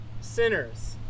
sinners